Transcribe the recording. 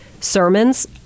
sermons